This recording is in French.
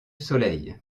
soleil